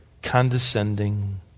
condescending